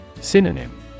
Synonym